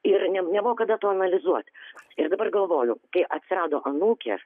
ir nebuvo kada to analizuoti ir dabar galvoju kai atsirado anūkė